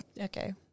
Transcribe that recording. Okay